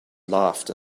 laughed